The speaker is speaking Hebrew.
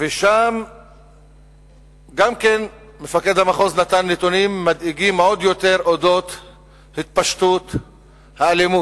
ושם מפקד המחוז נתן נתונים מדאיגים עוד יותר על התפשטות האלימות